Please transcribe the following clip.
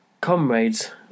comrades